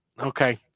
Okay